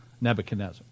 Nebuchadnezzar